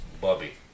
Bobby